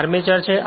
આ આર્મચર છે